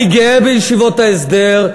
אני גאה בישיבות ההסדר.